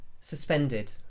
suspended